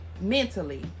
mentally